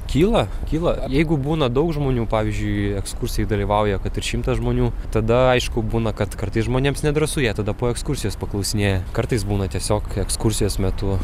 kyla kyla jeigu būna daug žmonių pavyzdžiui ekskursijoj dalyvauja kad ir šimtas žmonių tada aišku būna kad kartais žmonėms nedrąsu jie tada po ekskursijos paklausinėja kartais būna tiesiog ekskursijos metu